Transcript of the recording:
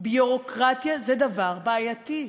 ביורוקרטיה זה דבר בעייתי,